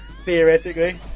theoretically